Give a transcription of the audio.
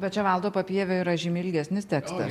bet čia valdo papievio yra žymiai ilgesnis tekstas